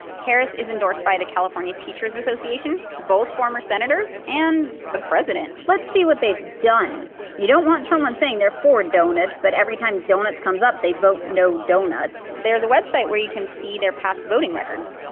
harris is endorsed by the california teachers association, both former senators, and the president. let's see what they've done you don't want someone saying they're for donuts, but every time donuts comes up they vote no donuts. donuts. there's a website where you can see their past voting records.